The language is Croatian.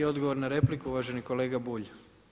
I odgovor na repliku uvaženi kolega Bulj.